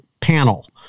panel